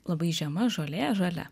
labai žema žolė žalia